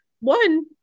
One